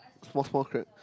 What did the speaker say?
small small crab